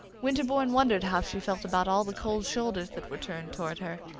winterbourne wondered how she felt about all the cold shoulders that were turned toward her,